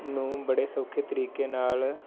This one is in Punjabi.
ਨੂੰ ਬੜੇ ਸੌਖੇ ਤਰੀਕੇ ਨਾਲ